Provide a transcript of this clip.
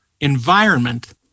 environment